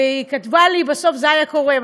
וכתבה לי בסוף: זו איה כורם.